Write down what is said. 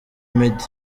meddy